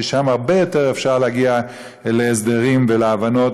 ששם הרבה יותר אפשרי להגיע להסדרים ולהבנות,